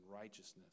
righteousness